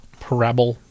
parabola